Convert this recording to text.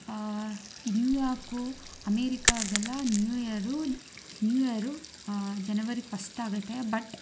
New York America ಅವ್ರಿಗೆಲ್ಲ new year new year January first ಆಗುತ್ತೆ but